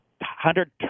Hundred